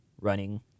running